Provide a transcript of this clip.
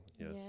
yes